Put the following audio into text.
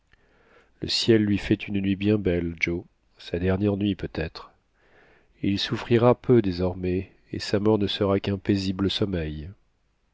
le ciel lui fait une nuit bien belle joe sa dernière nuit peut-être il souffrira peu désormais et sa mort ne sera qu'un paisible sommeil